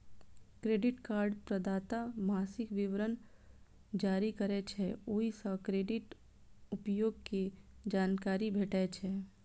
credit card प्रदाता मासिक विवरण जारी करै छै, ओइ सं क्रेडिट उपयोग के जानकारी भेटै छै